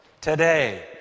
today